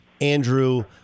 Andrew